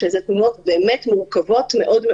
שזה תלונות מורכבות מאוד,